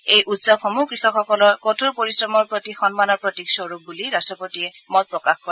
এই উৎসৱসমূহ কৃষকসকলৰ কঠোৰ পৰিশ্ৰমৰ প্ৰতি সন্মানৰ প্ৰতীক স্বৰূপ বুলি ৰাষ্ট্ৰপতিয়ে মত প্ৰকাশ কৰে